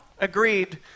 agreed